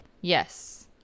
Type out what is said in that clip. Yes